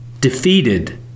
defeated